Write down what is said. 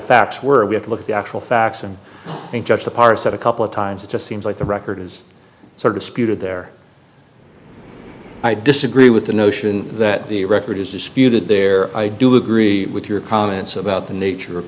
facts were we have to look at the actual facts and and judge to parse that a couple of times it just seems like the record is sort of spewed there i disagree with the notion that the record is disputed there i do agree with your comments about the nature of